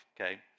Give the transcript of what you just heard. okay